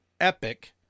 epic